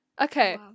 Okay